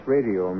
Radio